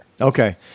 Okay